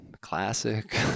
Classic